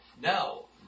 No